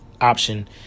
option